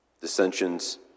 dissensions